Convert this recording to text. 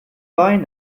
wein